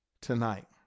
tonight